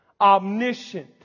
Omniscient